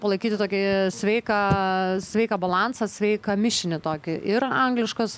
palaikyti tokį sveiką sveiką balansą sveiką mišinį tokį ir angliškos